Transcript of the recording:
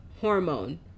hormone